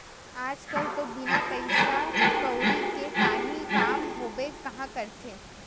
आज कल तो बिना पइसा कउड़ी के काहीं काम होबे काँहा करथे